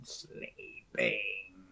sleeping